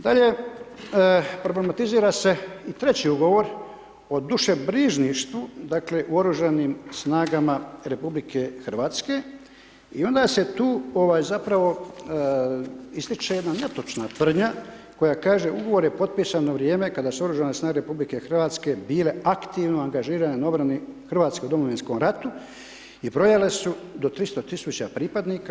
Dalje, problematizira se i treći Ugovor o dušebrižništvu, dakle, u oružanim snagama RH i onda se tu zapravo ističe jedna netočna tvrdnja koja kaže: „Ugovor je potpisan na vrijeme kada su oružane snage RH bile aktivno angažirane na obrani u Hrvatskom domovinskom ratu i brojale su do 300 000 pripadnika.